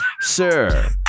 Sir